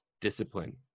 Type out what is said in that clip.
discipline